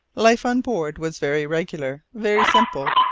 life on board was very regular, very simple,